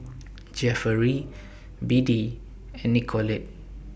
Jefferey Beadie and Nicolette